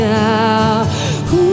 now